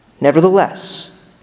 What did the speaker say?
Nevertheless